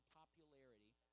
popularity